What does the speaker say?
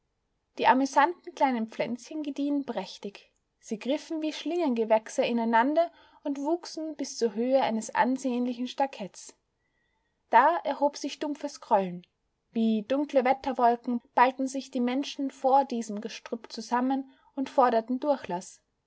die amüsanten kleinen pflänzchen gediehen prächtig sie griffen wie schlinggewächse ineinander und wuchsen bis zur höhe eines ansehnlichen stakets da erhob sich dumpfes grollen wie dunkle wetterwolken ballten sich die menschen vor diesem gestrüpp zusammen und forderten durchlaß